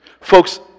folks